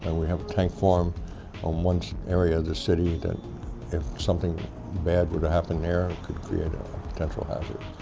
and we have a tank farm in um one so area of the city that if something bad were to happen there it could create a potential hazard.